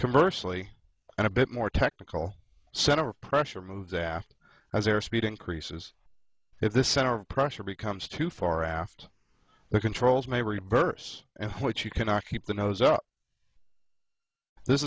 commercially and a bit more technical center pressure moves aft as their speed increases if the center of pressure becomes too far after the controls may reverse and what you cannot keep the nose up this